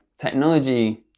Technology